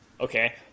Okay